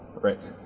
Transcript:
Right